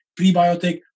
prebiotic